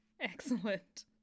excellent